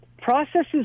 processes